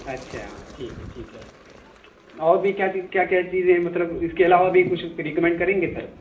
اچھا ہاں ٹھیک ہے ٹھیک ہے اور بھی کیا چی کیا کیا چیزیں ہیں مطلب اس کے علاوہ بھی کچھ ریکمنڈ کریں گے ذرا